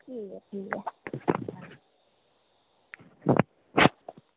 ठीक ऐ ठीक ऐ